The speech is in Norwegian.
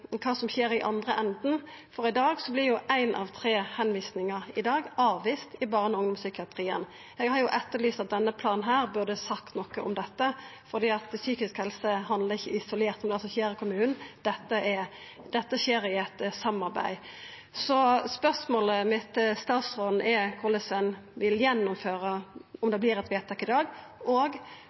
kva som skjer i andre enden, for i dag vert éin av tre tilvisingar avviste i barne- og ungdomspsykiatrien. Eg har etterlyst at denne planen burde sagt noko om dette, for psykisk helse handlar ikkje isolert om kva som skjer i kommunen, dette skjer i eit samarbeid. Spørsmålet mitt til statsråden er korleis ein vil gjennomføra det om det vert eit vedtak i dag, og